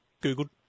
Google